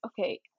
okay